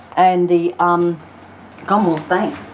and the um commonwealth bank.